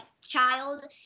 child